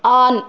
on